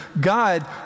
God